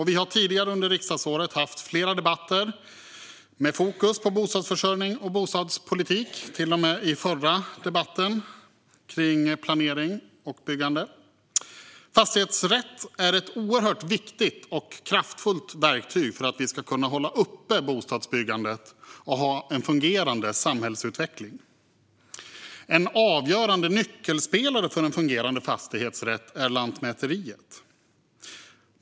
Vi har tidigare under riksdagsåret haft flera debatter med fokus på bostadsförsörjning och bostadspolitik, till och med i den förra debatten om planering och byggande. Fastighetsrätt är ett oerhört viktigt och kraftfullt verktyg för att vi ska kunna hålla uppe bostadsbyggandet och ha en fungerande samhällsutveckling. En avgörande nyckelspelare för en fungerande fastighetsrätt är Lantmäteriet.